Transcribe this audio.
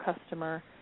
customer